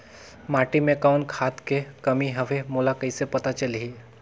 माटी मे कौन खाद के कमी हवे मोला कइसे पता चलही?